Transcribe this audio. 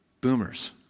boomers